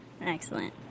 excellent